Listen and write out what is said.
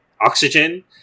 oxygen